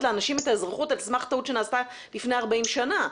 לאנשים את האזרחות על סמך טעות שנעשתה לפני 40 שנה.